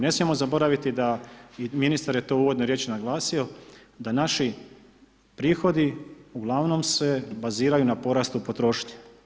Ne smijemo zaboraviti, da i ministar je to u uvodnom riječi naglasio, da naši prihodi, ugl. se baziraju na porast u potrošnji.